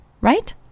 Right